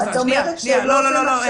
את אומרת --- ד"ר